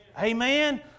Amen